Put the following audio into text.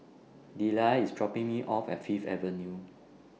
Deliah IS dropping Me off At Fifth Avenue